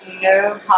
no